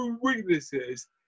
weaknesses